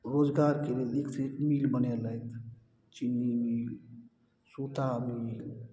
रोजगारके लेल एकसँ एक मिल बनेलथि चिन्नी मिल सूता मिल